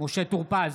משה טור פז,